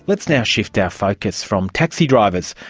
let's now shift our focus from taxi drivers,